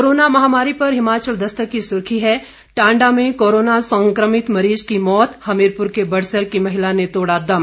corona महामारी पर हिमाचल दस्तक की सुर्खी है टांडा में कोरोना संक्रमित मरीज की मौत हमीरपुर के बड़सर की महिला ने तोड़ा दम